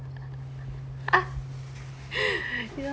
you are